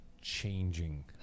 changing